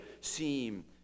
seem